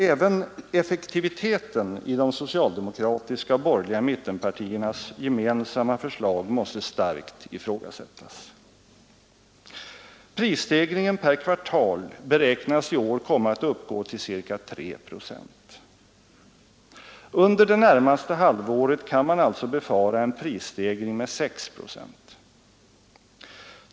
Även effektiviteten i socialdemokraternas och de borgerliga mittenpartiernas gemensamma förslag måste starkt ifrågasättas. Prisstegringen per kvartal beräknas i år komma att uppgå till ca 3 procent. Under det närmaste halvåret kan man alltså befara en prisstegring med 6 procent.